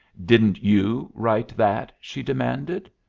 didn't you write that? she demanded.